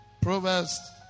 Proverbs